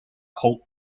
colt